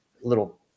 little